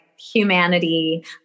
humanity